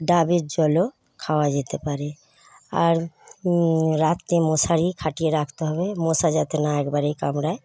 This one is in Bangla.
ডাবের জলও খাওয়া যেতে পারে আর রাত্রে মশারি খাটিয়ে রাখতে হবে মশা যাতে না একবারেই কামড়ায়